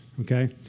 okay